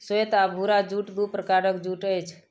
श्वेत आ भूरा जूट दू प्रकारक जूट अछि